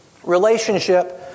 Relationship